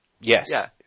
yes